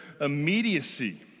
immediacy